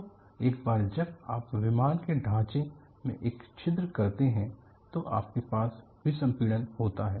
तो एक बार जब आप विमान के ढांचे में एक छिद्र करते हैं तो आपके पास विसंपीड़न होता है